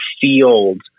field